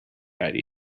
idea